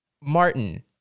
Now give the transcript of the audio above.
Martin